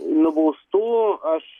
nubaustų aš